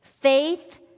Faith